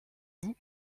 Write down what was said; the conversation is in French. vous